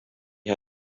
ha